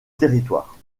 territoire